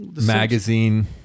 magazine